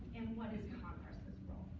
and what is congress's role?